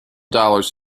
dollars